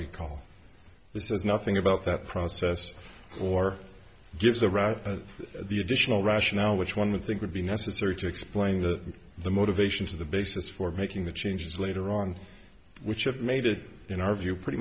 says nothing about that process or gives the rock the additional rationale which one would think would be necessary to explain that the motivations of the basis for making the changes later on which have made it in our view pretty